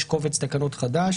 כאן יש קובץ תקנות חדש